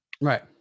right